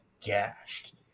gashed